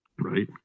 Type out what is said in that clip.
Right